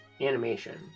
animation